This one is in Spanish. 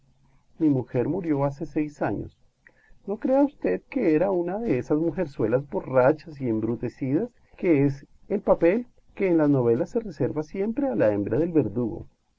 mi mujer murió hace seis años no crea usted que era una de esas mujerzuelas borrachas y embrutecidas que es el papel que en las novelas se reserva siempre a la hembra del verdugo